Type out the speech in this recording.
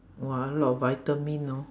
!wah! a lot of vitamin know